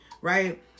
Right